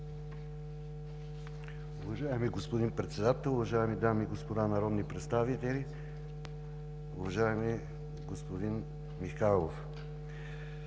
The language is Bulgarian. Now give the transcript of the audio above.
Уважаеми господин Председател, уважаеми дами и господа народни представители! Уважаеми господин Гечев,